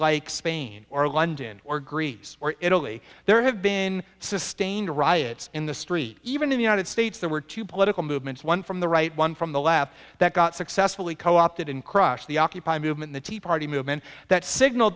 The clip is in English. like spain or london or greece or italy there have been sustained riots in the street even in the united states there were two political movements one from the right one from the left that got successfully co opted in crush the aki movement the tea party movement that signal